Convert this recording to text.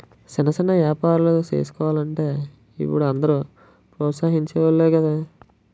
సిన్న సిన్న ఏపారాలు సేసుకోలంటే ఇప్పుడు అందరూ ప్రోత్సహించె వోలే గదా